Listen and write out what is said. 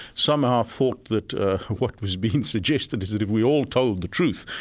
somehow thought that what was being suggested is that if we all told the truth,